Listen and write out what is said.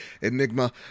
Enigma